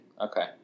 Okay